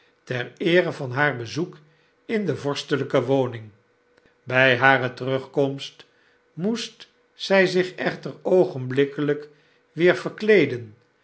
ter eere van haar bezoek in de vorstelpe woning by hare terugkomst moest zij zich echter oogenblikkelp weer verkleeden